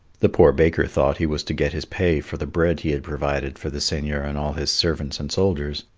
the poor baker thought he was to get his pay for the bread he had provided for the seigneur and all his servants and soldiers.